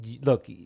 look